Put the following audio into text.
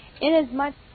Inasmuch